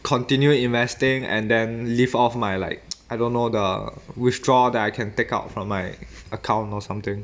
continue investing and then live off my like I don't know the withdraw that I can take out from my account or something